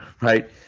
Right